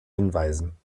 hinweisen